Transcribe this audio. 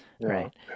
right